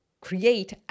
Create